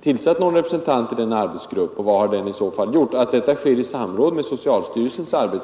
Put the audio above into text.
tillsatt någon representant i denna arbetsgrupp, och vad har arbetsgruppen i så fall gjort? Jag förstår att detta arbete sker i samråd med socialstyrelsen.